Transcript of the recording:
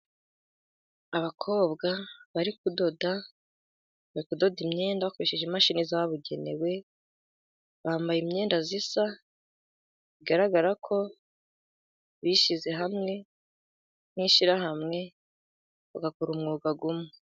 Abakobwa bari kudoda. Bari kudoda imyenda bakoresheje imashini zabugenewe. Bambaye imyenda isa, bigaragara ko bishyize hamwe nk'ishyirahamwe, bagakora umwuga umwe.